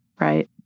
right